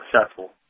successful